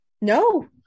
No